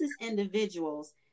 individuals